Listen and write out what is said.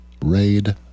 RAID